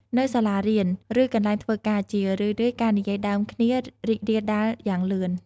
នៅសាលារៀន ឬកន្លែងធ្វើការ ជារឿយៗ ការនិយាយដើមគ្នារីករាលដាលយ៉ាងលឿន។